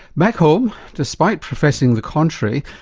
back home, despite professing the contrary,